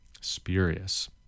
Spurious